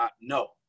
no